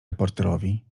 reporterowi